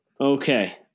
Okay